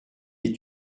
est